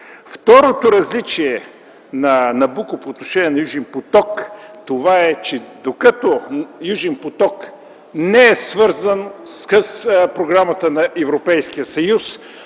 Второто различие на „Набуко” по отношение на „Южен поток” е, че докато „Южен поток” не е свързан с програмата на Европейския съюз,